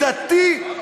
דתי,